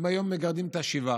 הם היום מגרדים את השבעה.